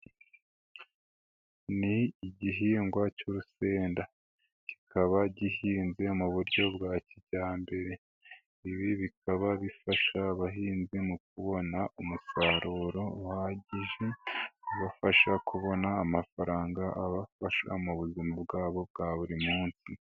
Ni igihingwa cy'urusenda, kikaba gihinze mu buryo bwa kijyambere, ibi bikaba bifasha abahinzi mu kubona umusaruro uhagije, ubafasha kubona amafaranga, abafasha mu buzima bwabo bwa buri munsi.